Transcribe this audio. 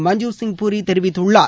மஞ்சீவ் சிங் பூரி தெரிவித்துள்ளார்